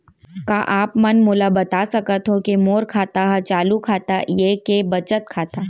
का आप मन मोला बता सकथव के मोर खाता ह चालू खाता ये के बचत खाता?